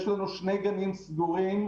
יש לנו שני גנים סגורים,